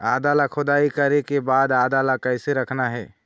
आदा ला खोदाई करे के बाद आदा ला कैसे रखना हे?